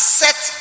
set